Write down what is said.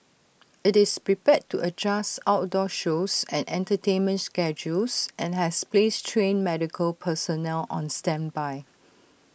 IT is prepared to adjust outdoor shows and entertainment schedules and has placed trained medical personnel on standby